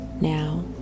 Now